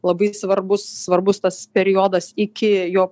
labai svarbus svarbus tas periodas iki jo